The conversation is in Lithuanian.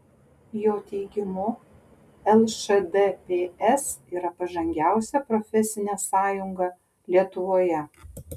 jo teigimu lšdps yra pažangiausia profesinė sąjunga lietuvoje